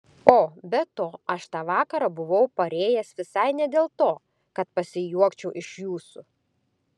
o be to aš tą vakarą buvau parėjęs visai ne dėl to kad pasijuokčiau iš jūsų